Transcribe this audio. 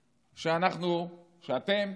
שאנחנו, שאתם,